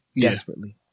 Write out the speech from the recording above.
desperately